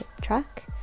track